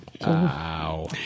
wow